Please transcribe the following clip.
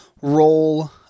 role